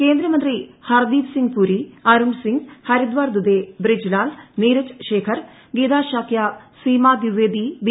കേന്ദ്രമന്ത്രി ഹർദ്ദീപ് സിങ് പുരി അരുൺ സിംഗ് ഹരിദാർ ദുബെ ബ്രിജ്ലാൽ നീരജ് ശേഖർ ഗീതശാക്യ സീമ ദിവേദി ബി